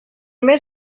més